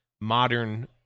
modern